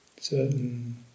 certain